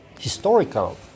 historical